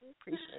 Appreciate